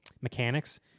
mechanics